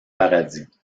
paradis